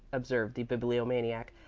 observed the bibliomaniac,